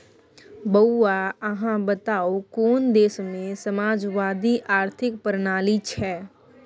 बौआ अहाँ बताउ कोन देशमे समाजवादी आर्थिक प्रणाली छै?